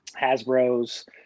hasbros